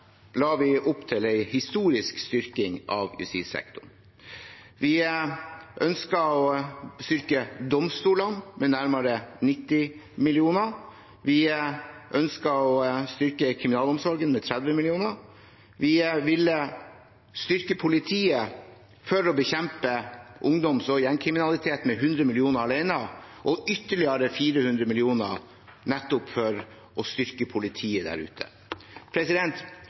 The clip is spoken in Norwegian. la vi opp til en historisk styrking av justissektoren. Vi ønsket å styrke domstolene med nærmere 90 mill. kr. Vi ønsket å styrke kriminalomsorgen med 30 mill. kr. Vi ville styrke politiet for å bekjempe ungdoms- og gjengkriminalitet med 100 mill. kr og gi ytterligere 400 mill. kr nettopp for å styrke politiet der ute.